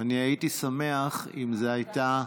אני הייתי שמח אם זאת הייתה,